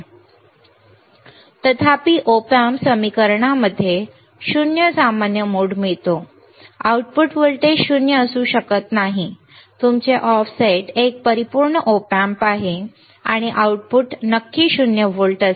तथापि वास्तविक Op Amp समीकरणा मध्ये 0 सामान्य मोड मिळतो आउटपुट व्होल्टेज 0 असू शकत नाही तुमचे ऑफसेट एक परिपूर्ण Op Amp आहे आणि आउटपुट नक्की 0 व्होल्ट असेल